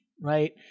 right